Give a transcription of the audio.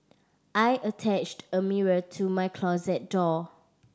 I attached a mirror to my closet door